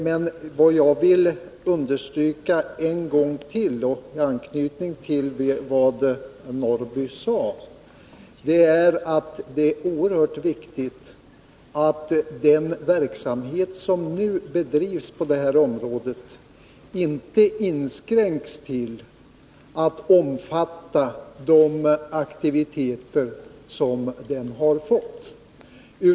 Men vad jag vill understryka en gång till, i anslutning till vad Karl-Eric Norrby sade, är att det är oerhört viktigt att den verksamhet som nu bedrivs på detta område inte inskränks till de nuvarande aktiviteterna på området.